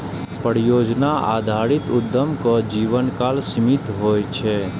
परियोजना आधारित उद्यमक जीवनकाल सीमित होइ छै